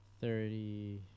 thirty